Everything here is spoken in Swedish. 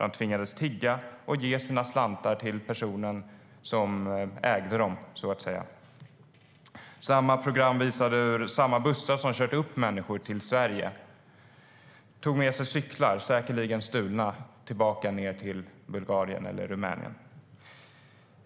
De tvingades tigga och ge sina slantar till den person som så att säga ägde dem. Samma program visade hur samma bussar som kört upp människor till Sverige tog med sig cyklar, säkerligen stulna, tillbaka ned till Bulgarien eller Rumänien.